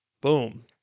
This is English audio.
Boom